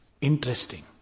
interesting